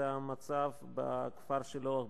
זה המצב בכפר-השילוח,